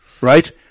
right